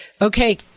okay